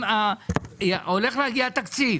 הולך להגיע תקציב